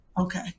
Okay